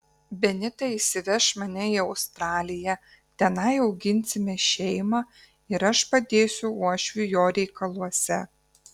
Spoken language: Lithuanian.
benita išsiveš mane į australiją tenai auginsime šeimą ir aš padėsiu uošviui jo reikaluose